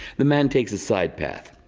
the man takes a side path.